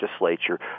legislature